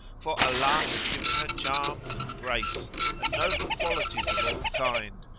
for allah had given her charms and grace and noble qualities of all kinds,